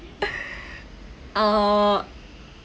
oh